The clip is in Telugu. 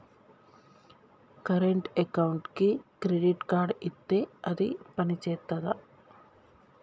కరెంట్ అకౌంట్కి క్రెడిట్ కార్డ్ ఇత్తే అది పని చేత్తదా?